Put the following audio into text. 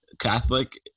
Catholic